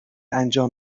انجام